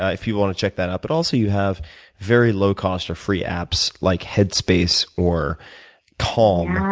if you want to check that out. but also, you have very low cost or free apps like headspace or calm,